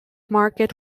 market